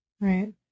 right